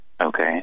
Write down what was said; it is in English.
okay